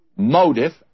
Motive